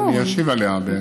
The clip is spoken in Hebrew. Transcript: אני אשיב עליה.